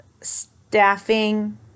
staffing